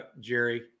Jerry